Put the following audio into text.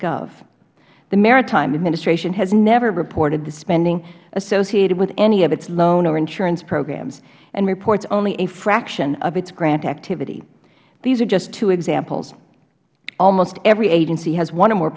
gov the maritime administration has never reported spending associated with any of its loan or insurance programs and reports only a fraction of its grant activity these are just two examples almost every agency has one or